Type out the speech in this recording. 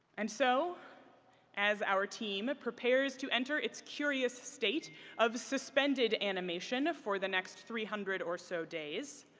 and so as our team prepares to enter its curious state of suspended animation for the next three hundred or so days,